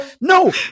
no